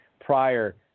prior